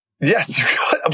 Yes